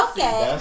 Okay